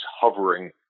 hovering